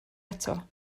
eto